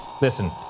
listen